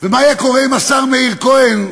ומה היה קורה אם השר מאיר כהן,